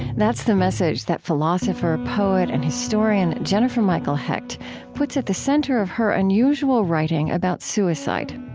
that's the message that philosopher, poet, and historian jennifer michael hecht puts at the center of her unusual writing about suicide.